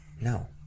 No